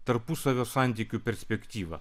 tarpusavio santykių perspektyvą